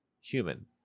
human